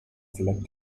selected